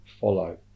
follow